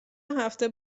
هفته